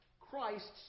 Christ's